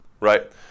right